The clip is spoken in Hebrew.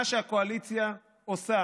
מה שהקואליציה עושה